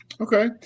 Okay